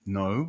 no